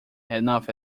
enough